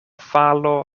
falo